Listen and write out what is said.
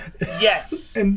Yes